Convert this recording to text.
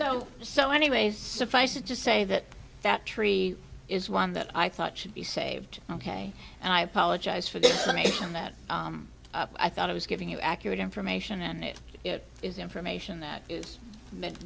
so so anyway suffice it to say that that tree is one that i thought should be saved ok and i apologize for the explanation that i thought i was giving you accurate information and if it is information that is meant